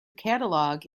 catalog